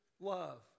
love